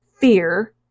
fear